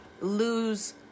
lose